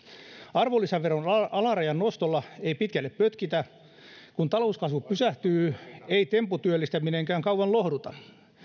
arvonlisäveron alarajan nostolla ei pitkälle pötkitä kun talouskasvu pysähtyy ei tempputyöllistäminenkään kauan lohduta